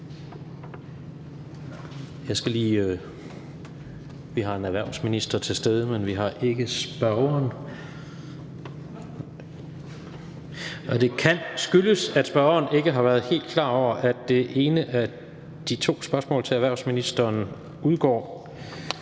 Erhvervsministeren er til stede, men ikke spørgeren. Og det kan skyldes, at spørgeren ikke har været helt klar over, at det ene af de to spørgsmål til erhvervsministeren udgår,